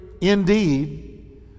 indeed